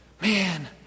Man